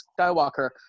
Skywalker